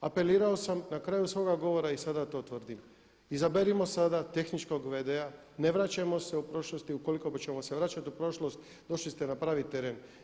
Apelirao sam na kraju svoga govora i sada to tvrdim, izaberimo sada tehničkog v.d.-a, ne vraćajmo se u prošlost i ukoliko ćemo se vraćati u prošlost došli ste na pravi teren.